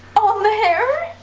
on the hair?